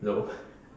no